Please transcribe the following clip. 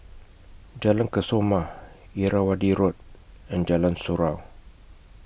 Jalan Kesoma Irrawaddy Road and Jalan Surau